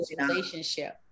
relationship